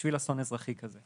בשביל אסון אזרחי כזה.